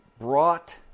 brought